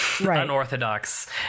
unorthodox